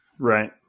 Right